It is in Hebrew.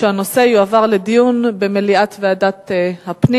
שהנושא יועבר לדיון במליאת ועדת הפנים.